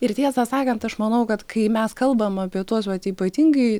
ir tiesą sakant aš manau kad kai mes kalbam apie tuos vat ypatingai